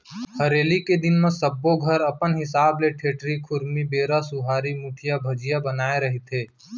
हरेली के दिन म सब्बो घर अपन हिसाब ले ठेठरी, खुरमी, बेरा, सुहारी, मुठिया, भजिया बनाए रहिथे